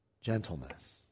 gentleness